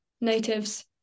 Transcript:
natives